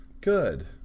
Good